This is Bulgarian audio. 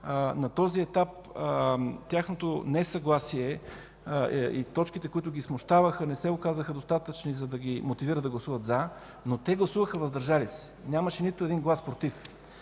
На този етап тяхното несъгласие и точките, които ги смущаваха, не се оказаха достатъчни, за да ги мотивира да гласуват „за”, но те гласуваха „въздържали се”. Нямаше нито един глас „против”.